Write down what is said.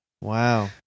Wow